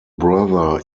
brother